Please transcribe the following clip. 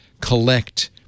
collect